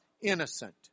innocent